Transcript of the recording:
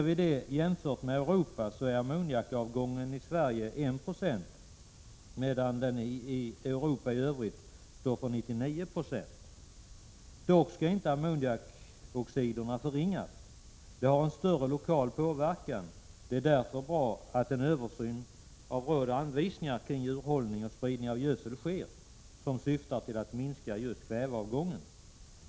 I Sverige är ammoniakavgången 1 26, medan Europa i övrigt står för 99 90. Dock skall inte ammoniakoxidernas inverkan förringas. De har en större lokal påverkan. Det är därför bra med en översyn av råd och anvisningar kring djurhållning och spridning av gödsel som syftar till att minska kväveavgången.